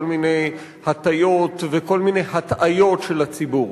מיני הטיות וכל מיני הטעיות של הציבור.